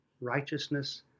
righteousness